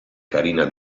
carina